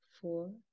four